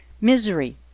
Misery